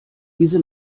diese